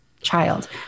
child